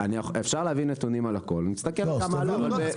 אפשר להביא נתונים על הכל, נסתכל על כמה עלייה.